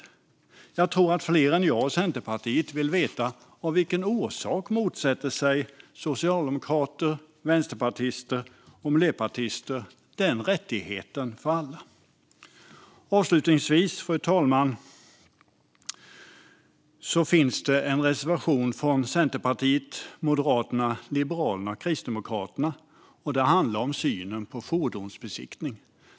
Jag tror att fler än jag och Centerpartiet vill veta orsaken till att socialdemokrater, vänsterpartister och miljöpartister motsätter sig den rättigheten för alla. Avslutningsvis, fru talman, finns det en reservation från Centerpartiet, Moderaterna, Liberalerna och Kristdemokraterna som handlar om synen på fordonsbesiktning.